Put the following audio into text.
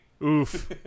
Oof